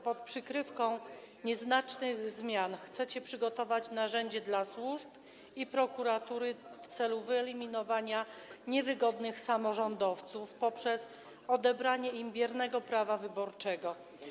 Pod przykrywką nieznacznych zmian chcecie przygotować narzędzie dla służb i prokuratury w celu wyeliminowania niewygodnych samorządowców poprzez odebranie im biernego prawa wyborczego.